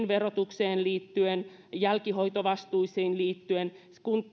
verotukseen liittyen jälkihoitovastuisiin liittyen